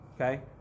Okay